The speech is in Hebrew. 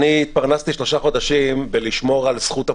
אני התפרנסתי שלושה חודשים בלשמור על זכות הפולחן.